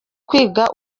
kwiga